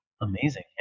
Amazing